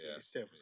Steph